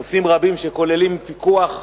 נושאים רבים, שכוללים פיקוח,